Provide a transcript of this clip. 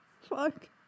Fuck